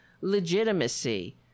legitimacy